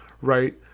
right